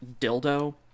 dildo